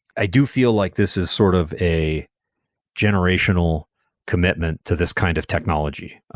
i do feel like this is sort of a generational commitment to this kind of technology.